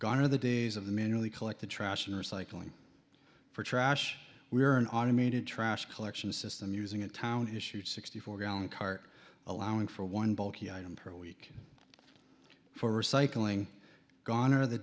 gone are the days of the manually collect the trash and recycling for trash we are an automated trash collection system using a town issued sixty four gallon cart allowing for one bulky item per week for recycling gone are the